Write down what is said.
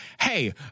hey